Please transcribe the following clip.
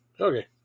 Okay